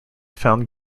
found